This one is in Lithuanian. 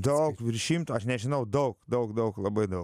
daug virš šimto aš nežinau daug daug daug labai daug